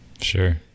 Sure